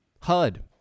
HUD